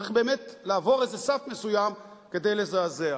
צריך באמת לעבור איזה סף מסוים כדי לזעזע.